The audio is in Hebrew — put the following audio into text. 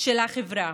של החברה,